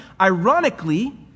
Ironically